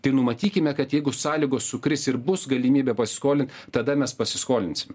tai numatykime kad jeigu sąlygos sukris ir bus galimybė pasiskolint tada mes pasiskolinsim